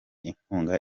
inkunga